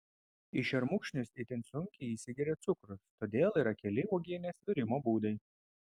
į šermukšnius itin sunkiai įsigeria cukrus todėl yra keli uogienės virimo būdai